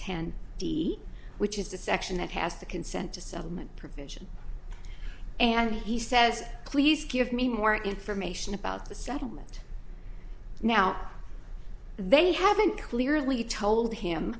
d which is the section that has the consent to settlement provision and he says please give me more information about the settlement now they haven't clearly told him